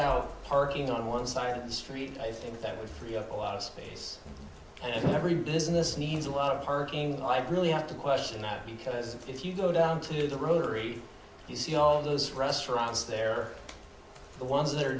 out parking on one side of the street i think that would free up a lot of space and every business needs a lot of parking like really have to question that because if you go down to the rotary you see all those restaurants there are the ones that are